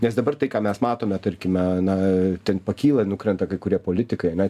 nes dabar tai ką mes matome tarkime na ten pakyla nukrenta kai kurie politikai ane